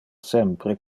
sempre